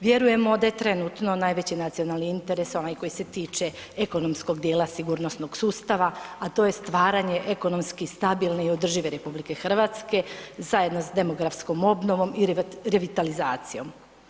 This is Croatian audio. Vjerujemo da je trenutno najveći nacionalni interes onaj koji se tiče ekonomskog dijela sigurnosnog sustava, a to je stvaranje ekonomski stabilne i održive RH, zajedno s demografskog obnova i revitalizacijom.